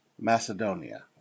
Macedonia